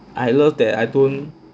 I love that I don't